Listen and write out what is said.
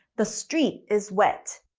the street is wet.